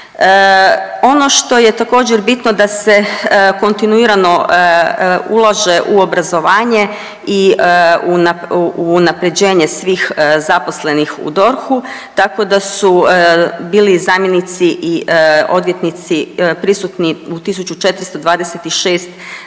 Ono što je također bitno da se kontinuirano ulaže u obrazovanje i u unaprjeđenje svih zaposlenih u DORH-u, tako da su bili i zamjenici i odvjetnici prisutni u 1426